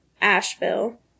Asheville